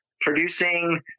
producing